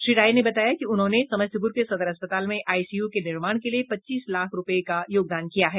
श्री राय ने बताया कि उन्होंने समस्तीपुर के सदर अस्पताल में आईसीयू के निर्माण के लिए पच्चीस लाख रुपये का योगदान किया है